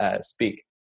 Speak